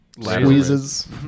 squeezes